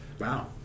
Wow